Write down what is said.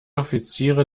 offiziere